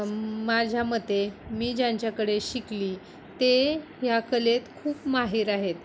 माझ्या मते मी ज्यांच्याकडे शिकली ते ह्या कलेत खूप माहिर आहेत